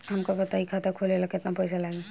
हमका बताई खाता खोले ला केतना पईसा लागी?